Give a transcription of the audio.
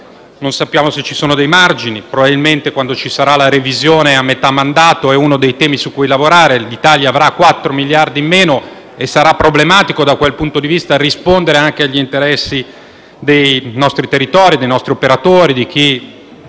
non sappiamo se ci sono dei margini. Probabilmente quando ci sarà la revisione a metà mandato sarà uno dei temi su cui lavorare. L'Italia avrà 4 miliardi di euro in meno e sarà problematico da quel punto di vista rispondere anche agli interessi dei nostri territori, dei nostri operatori e di chi